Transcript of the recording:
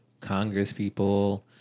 congresspeople